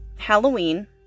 Halloween